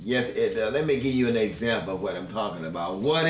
yes let me give you an example of what i'm talking about what